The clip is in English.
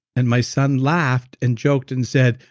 and my son laughed and joked and said,